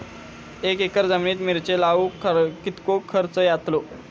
दोन एकर जमिनीत मिरचे लाऊक कितको खर्च यातलो?